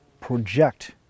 project